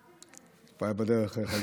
השרים, נכון.